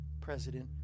President